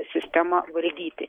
sistemą valdyti